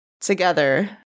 Together